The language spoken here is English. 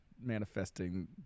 manifesting